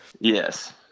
Yes